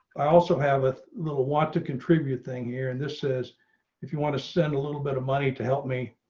i also have a little want to contribute thing here and this is if you want to send a little bit of money to help me.